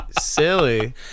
silly